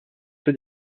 peu